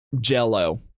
jello